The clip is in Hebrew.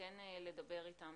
כן לדבר איתם.